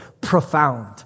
profound